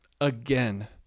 Again